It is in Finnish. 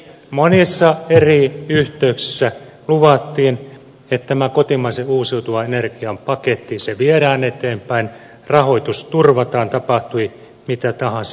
monissa eri yhteyksissä luvattiin että tämä kotimaisen uusiutuvan energian paketti viedään eteenpäin rahoitus turvataan tapahtui mitä tahansa